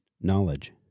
knowledge